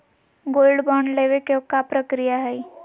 Gold bond लेवे के का प्रक्रिया हई?